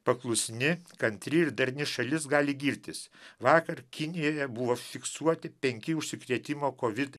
paklusni kantri ir darni šalis gali girtis vakar kinijoje buvo fiksuoti penki užsikrėtimo kovid